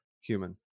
human